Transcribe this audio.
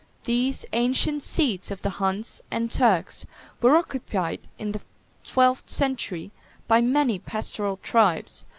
these ancient seats of the huns and turks were occupied in the twelfth century by many pastoral tribes,